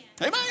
Amen